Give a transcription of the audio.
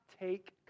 take